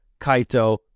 Kaito